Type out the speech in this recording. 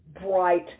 bright